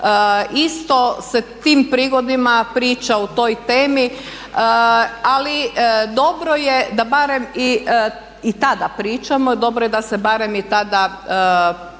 isto se tim prigodama priča o toj temi ali dobro je da barem i tada pričamo i dobro je da se barem tada prisjetimo.